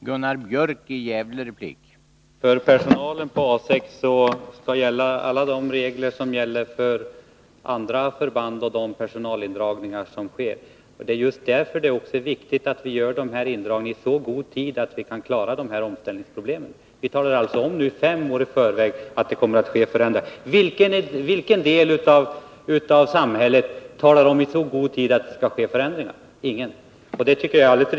Herr talman! För personalen på A6 gäller samma regler som för personalen på alla andra förband. Då avses även personalindragningarna. Det är viktigt att meddela om indragningar i så god tid att omställningsproblemen kan klaras. Fem år i förväg talar vi alltså om att det kommer att ske förändringar. Vilket annat organ i samhället gör det? Inget. Det är alldeles riktigt att göra så.